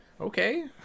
Okay